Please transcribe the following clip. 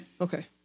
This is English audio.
Okay